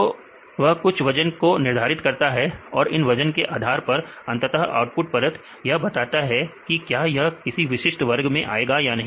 तो वह कुछ वजन को निर्धारित करता है और इन वजन के आधार पर अंततः आउटपुट परत यह बताता है की क्या यह किसी विशिष्ट वर्ग में आएगा या नहीं